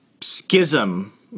schism